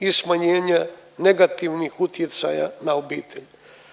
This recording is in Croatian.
i smanjenja negativnih utjecaja na obitelj.